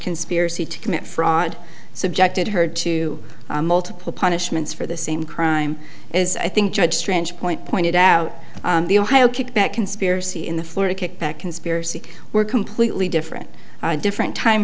conspiracy to commit fraud subjected her to multiple punishments for the same crime as i think judge strange point pointed out the ohio kickback conspiracy in the florida kickback conspiracy were completely different different time